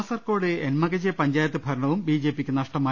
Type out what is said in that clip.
കാസർകോട് എൻമകജെ പഞ്ചായത്ത് ഭരണവും ബിജെപിക്ക് നഷ്ടമായി